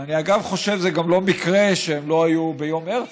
ואני אגב חושב שזה גם לא מקרה שהם לא היו ביום הרצל,